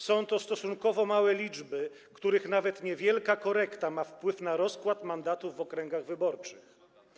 Są to stosunkowo małe liczby, w przypadku których nawet niewielka korekta ma wpływ na rozkład mandatów w okręgach wyborczych.